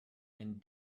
and